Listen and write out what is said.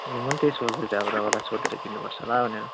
म पनि त्यही सोच्दै थिएँ अब तपाईँलाई सोधेर किन्नुपर्छ होला भनेर